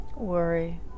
Worry